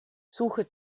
suche